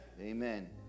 Amen